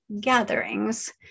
Gatherings